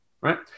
right